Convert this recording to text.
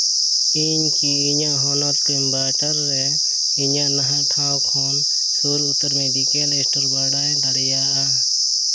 ᱤᱧ ᱠᱤ ᱤᱧᱟᱹᱜ ᱦᱚᱱᱚᱛ ᱠᱤᱢᱵᱟ ᱤᱧᱟᱹᱜ ᱱᱟᱦᱟᱜ ᱴᱷᱟᱶ ᱠᱷᱚᱱ ᱥᱩᱨ ᱩᱛᱟᱹᱨ ᱢᱮᱰᱤᱠᱮᱞ ᱥᱴᱳᱨ ᱵᱟᱰᱟᱭ ᱫᱟᱲᱮᱭᱟᱜᱼᱟ